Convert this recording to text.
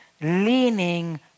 leaning